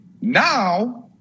Now